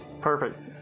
perfect